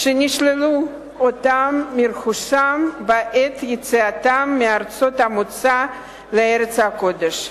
שנישלו אותם מרכושם בעת יציאתם מארצות המוצא לארץ הקודש.